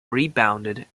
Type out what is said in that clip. rebounded